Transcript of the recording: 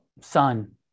son